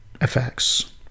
effects